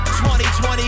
2020